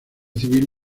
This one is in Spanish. civil